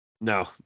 No